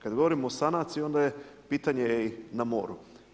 Kad govorimo o sanaciji, onda je pitanje i na moru.